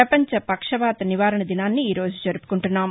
ప్రపంచ పక్షవాత నివారణ దినాన్ని ఈ రోజు జరుపుకుంటున్నాం